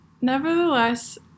nevertheless